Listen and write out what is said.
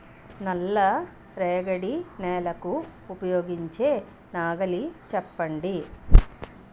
నల్ల రేగడి నెలకు ఉపయోగించే నాగలి చెప్పండి?